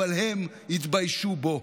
אבל הם יתביישו בו.